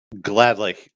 Gladly